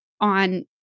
on